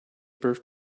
birth